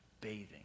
bathing